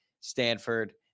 Stanford